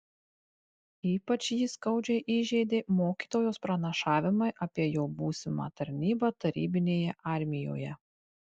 ypač jį skaudžiai įžeidė mokytojos pranašavimai apie jo būsimą tarnybą tarybinėje armijoje